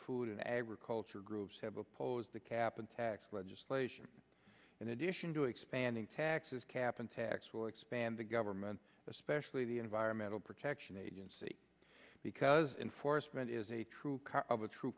food and agriculture groups have opposed the cap and tax legislation in addition to expanding taxes cap and tax will expand the government especially the environmental protection agency because enforcement is a true cost of a true